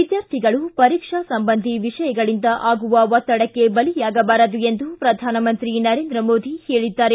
ವಿದ್ಯಾರ್ಥಿಗಳು ಪರೀಕ್ಷಾ ಸಂಬಂಧಿ ವಿಷಯಗಳಿಂದ ಆಗುವ ಒತ್ತಡಕ್ಕೆ ಬಲಿಯಾಗಬಾರದು ಎಂದು ಪ್ರಧಾನಮಂತ್ರಿ ನರೇಂದ್ರ ಮೋದಿ ಹೇಳಿದ್ದಾರೆ